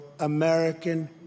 American